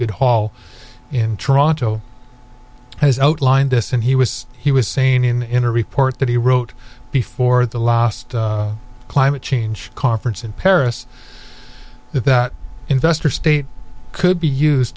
good haul in tronto has outlined this and he was he was seen in a report that he wrote before the last climate change conference in paris that that investor state could be used